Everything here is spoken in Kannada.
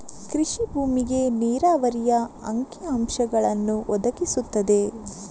ಕೃಷಿ ಭೂಮಿಗೆ ನೀರಾವರಿಯ ಅಂಕಿ ಅಂಶಗಳನ್ನು ಒದಗಿಸುತ್ತದೆ